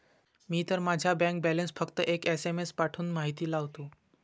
मी तर माझा bank balance फक्त एक एस.एम.एस पाठवून माहिती लावतो